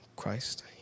Christ